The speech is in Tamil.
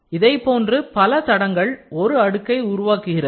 இதைப்போன்று பல தடங்கள் ஒரு அடுக்கை உருவாக்குகிறது